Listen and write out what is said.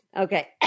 Okay